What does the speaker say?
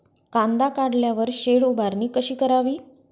कांदा काढल्यावर शेड उभारणी कशी करावी?